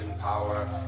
power